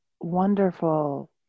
wonderful